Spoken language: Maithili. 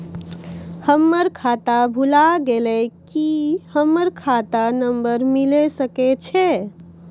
हमर खाता भुला गेलै, की हमर खाता नंबर मिले सकय छै?